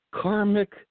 karmic